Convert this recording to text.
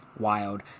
wild